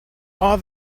are